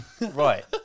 Right